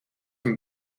een